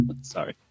sorry